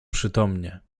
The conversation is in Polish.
przytomnie